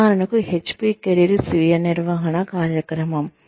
ఉదాహరణకు HP career స్వీయ నిర్వహణ కార్యక్రమం